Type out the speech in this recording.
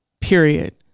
period